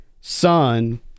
son